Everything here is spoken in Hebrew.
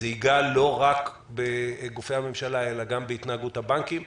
זה יגע לא רק בגופי הממשלה אלא גם בהתנהגות הבנקים.